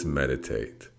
meditate